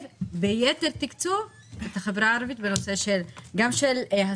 ביתר תקצוב את החברה הערבית בנושא של הסברה,